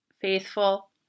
faithful